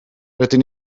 rydyn